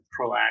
proactive